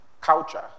culture